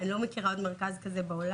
ואני לא מכירה עוד מרכז כזה בעולם.